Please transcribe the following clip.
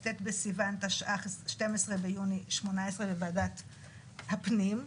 כ"ט בסיון תשע"ח, 12 ביוני 2018, בוועדת הפנים,